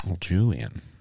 Julian